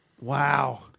Wow